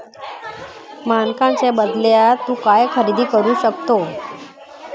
मानकांच्या बदल्यात तू काय खरेदी करू शकतो?